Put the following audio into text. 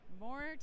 more